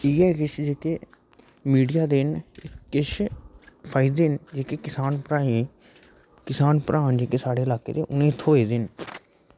कि किश जेह्के मीडिया दे न फायदे न जेह्के किसान भ्राएं किसान भ्राऽ न जेह्के साढ़े ल्हाके दे उनेंगी थ्होऐ दे न